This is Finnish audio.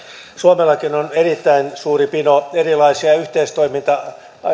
suomellakin on erittäin suuri pino erilaisia yhteistoiminta